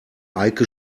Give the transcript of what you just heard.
eike